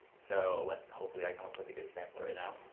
so like hopefully i come up with a good example right now.